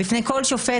בפני כל שופט,